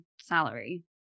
salary